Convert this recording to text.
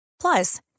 Plus